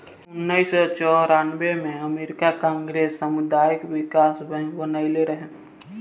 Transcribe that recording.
उनऽइस सौ चौरानबे में अमेरिकी कांग्रेस सामुदायिक बिकास बैंक बनइले रहे